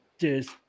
Cheers